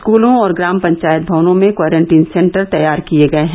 स्कूलों और ग्राम पंचायत भवनों में क्वारेंटीन सेंटर तैयार किए गए हैं